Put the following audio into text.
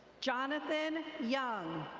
jonathon young.